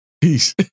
peace